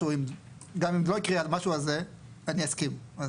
כשאם לא יקרה המשהו הזה אז: ״אני אסכים״.